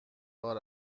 بار